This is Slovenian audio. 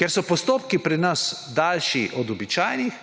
Ker so postopki pri nas daljši od običajnih,